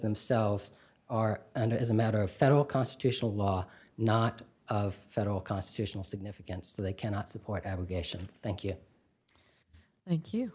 themselves are and is a matter of federal constitutional law not of federal constitutional significance so they cannot support abrogation thank you thank you